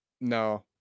no